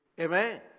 Amen